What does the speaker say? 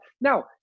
Now